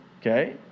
Okay